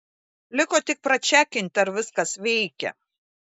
liko tik pračekint ar viskas veikia